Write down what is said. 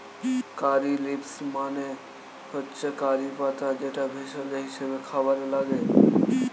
কারী leaves মানে হচ্ছে curry পাতা যেটা ভেষজ হিসেবে খাবারে লাগে